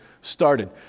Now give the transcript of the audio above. started